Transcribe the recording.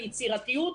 ליצירתיות.